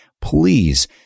please